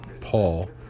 paul